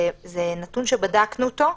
זה נתון שבדקנו אותו.